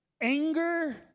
anger